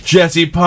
Jesse